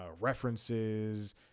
references